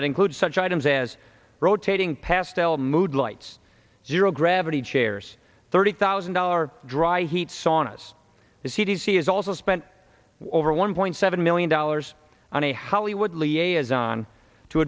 that includes such items as rotating pastel mood lights zero gravity chairs thirty thousand dollar dry heat saunas the c d c has also spent over one point seven million dollars on a hollywood liaison to